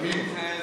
במיון.